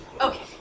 Okay